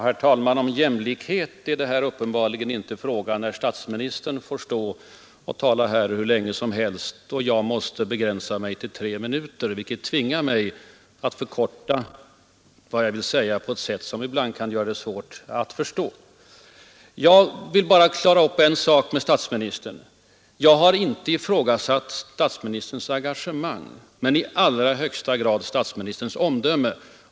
Herr talman! Jämlikhet är det uppenbarligen inte fråga om när statsministern får tala hur länge som helst medan jag måste begränsa mig till tre minuter. Det tvingar mig att dra ihop vad jag vill säga på ett sätt som ibland kan göra det svårt att förstå. Jag vill klara upp en sak med statsministern: Jag har inte ifrågasatt statsministerns eget engagemang men i högsta grad hans omdöme.